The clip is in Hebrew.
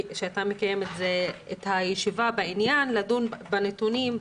אתה מקיים את הישיבה בעניין לדון בנתונים.